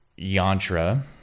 yantra